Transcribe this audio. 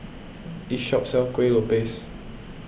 this shop sells Kueh Lopes